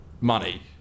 money